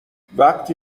وقتی